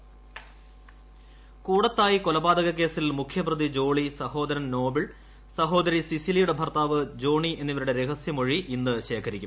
കൂടത്തായി കൂടത്തായി കൊലപാതക കേസിൽ മുഖ്യപ്രതി ജോളി സഹോദരൻ നോബിൾ സഹോദരി സിസിലിയുടെ ഭർത്താവ് ജോണി എന്നിവരുടെ രഹസ്യമൊഴി ഇന്ന് ശേഖരിക്കും